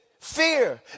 Fear